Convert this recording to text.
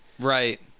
Right